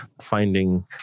finding